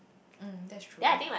mm that's true